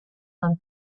them